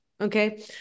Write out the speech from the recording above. okay